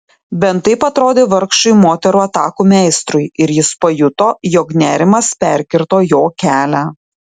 bent taip atrodė vargšui moterų atakų meistrui ir jis pajuto jog nerimas perkirto jo kelią